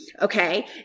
Okay